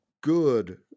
good